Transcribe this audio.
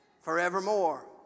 forevermore